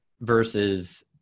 versus